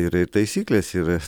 yra ir taisyklės yra